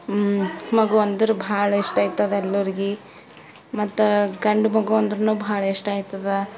ಮಗು ಅಂದ್ರೆ ಭಾಳ ಇಷ್ಟ ಆಯ್ತದ ಎಲ್ಲರಿಗೆ ಮತ್ತು ಗಂಡು ಮಗು ಅಂದ್ರೂ ಭಾಳ ಇಷ್ಟ ಆಯ್ತದ